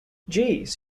jeez